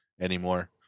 anymore